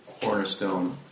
cornerstone